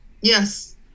Yes